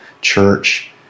church